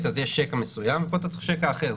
ויש שקע מסוים ופה צריך שקע אחר.